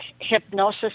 hypnosis